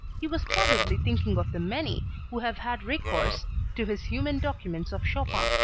he was probably thinking of the many who have had recourse to his human documents of chopin.